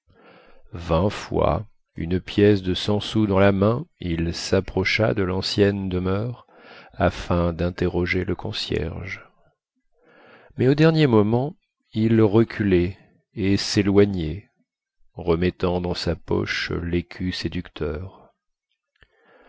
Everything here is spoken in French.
vingt fois une pièce de cent sous dans la main il sapprocha de lancienne demeure afin dinterroger le concierge mais au dernier moment il reculait et séloignait remettant dans sa poche lécu séducteur